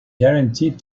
guaranteed